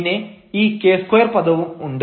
പിന്നെ ഈ k2 പദവും ഉണ്ട്